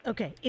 Okay